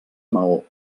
maó